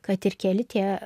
kad ir keli tie